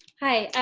hi.